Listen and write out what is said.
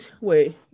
wait